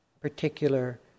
particular